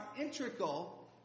integral